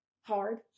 Hard